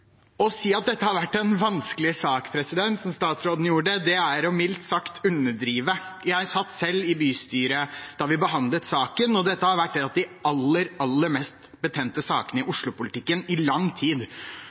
Å si at dette har vært en vanskelig sak, som statsråden gjorde, er mildt sagt å underdrive. Jeg satt selv i bystyret da vi behandlet saken, og dette har vært en av de aller, aller mest betente sakene i